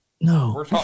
No